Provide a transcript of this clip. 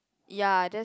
ya that's